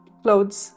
clothes